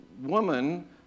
woman